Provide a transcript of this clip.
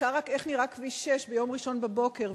הוזכר איך נראה כביש 6 ביום ראשון בבוקר,